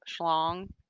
schlong